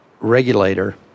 regulator